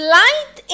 light